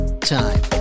time